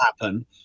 happen